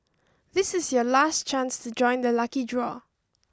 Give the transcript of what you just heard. this is your last chance to join the lucky draw